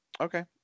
okay